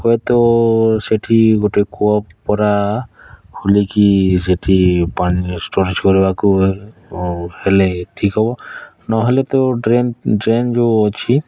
ହୁଏ ତ ସେଇଠି ଗୋଟେ କୂଅ ପୁରା ଖୋଳିକି ସେଇଠି ପାଣିର ଷ୍ଟୋରେଜ୍ କରିବାକୁ ହେଲେ ହେଲେ ଠିକ୍ ହେବ ନ ହେଲେ ତ ଡ୍ରେନ୍ ଡ୍ରେନ୍ ଯେଉଁ ଅଛି